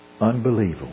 unbelievable